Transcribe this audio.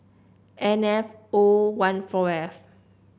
N F O one four F